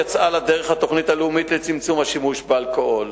יצאה לדרך התוכנית הלאומית לצמצום השימוש באלכוהול.